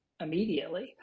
immediately